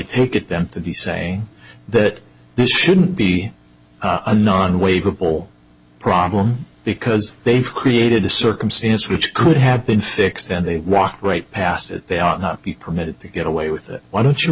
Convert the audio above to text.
it them to be saying that this shouldn't be a non waiver bowl problem because they've created a circumstance which could have been fixed and they walk right past it they are not permitted to get away with it why don't you